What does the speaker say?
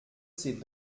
ses